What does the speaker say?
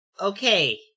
Okay